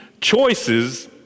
choices